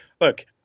look